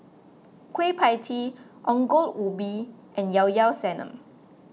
Kueh Pie Tee Ongol Ubi and Llao Llao Sanum